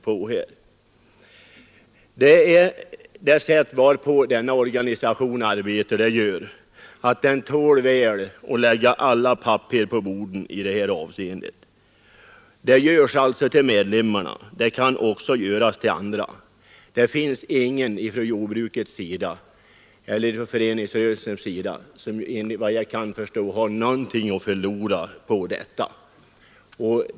Organisationen arbetar på ett sådant sätt att den väl tål att alla papper läggs på bordet. Sådan insyn har medlemmarna, och det kan även andra få. Det finns ingen från föreningsrörelsens sida, enligt vad jag kan förstå, som har någonting att förlora på detta.